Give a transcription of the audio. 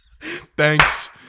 Thanks